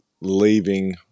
leaving